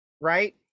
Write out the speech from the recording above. Right